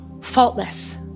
faultless